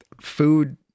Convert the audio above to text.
food